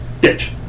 ditch